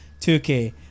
2K